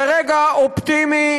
זה רגע אופטימי,